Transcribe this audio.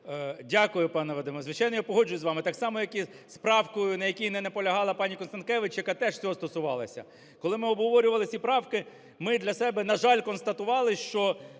Дякую, пане Вадиме. Звичайно, я погоджуюсь з вами, так само, як і з правкою, на якій не наполягала паніКонстанкевич, яка теж цього стосувалася. Коли ми обговорювали ці правки, ми для себе, на жаль, констатували, що